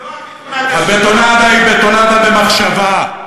הבטונדה היא בטונדה של מחשבה,